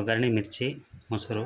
ಒಗ್ಗರ್ಣೆ ಮಿರ್ಚಿ ಮೊಸರು